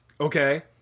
Okay